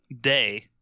day